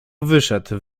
wyszedł